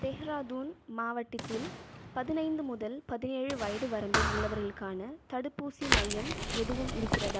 தெஹ்ராதூன் மாவட்டத்தில் பதினைந்து முதல் பதினேழு வயது வரம்பில் உள்ளவர்களுக்கான தடுப்பூசி மையம் எதுவும் இருக்கிறதா